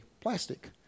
plastic